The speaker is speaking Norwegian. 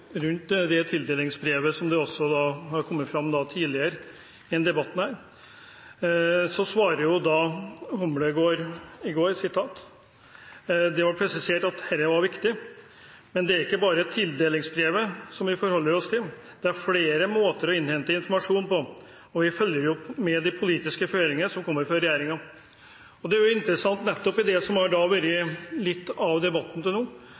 Det blir oppfølgingsspørsmål – først André N. Skjelstad. Når det gjelder tildelingsbrevet, som har vært omtalt også tidligere i denne debatten, svarte Humlegård i går: «Det ble presisert at dette var viktig. Men det er ikke bare dette tildelingsbrevet som vi forholder oss til. Det er flere måter å innhente informasjon på, og vi følger jo med på de politiske føringene som kommer fra regjeringen.» Dette er interessant nettopp når det gjelder det som har vært litt av debatten til nå,